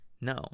No